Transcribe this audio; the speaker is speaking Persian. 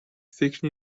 فکر